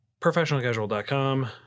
Professionalcasual.com